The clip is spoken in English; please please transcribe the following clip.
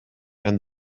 and